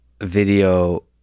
video